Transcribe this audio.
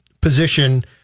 position